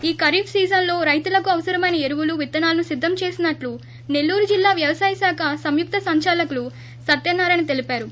ఈ ఖరీఫ్ సీజన్లో రైతులకు అవసరమైన ఎరువులు విత్తానాలను సిద్గం చేసినట్లు నెల్లూరు జిల్లా వ్యవసాయ శాఖ సంయుక్త సంచాలకులు సత్యనారాయణ తెలిపారు